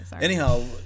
Anyhow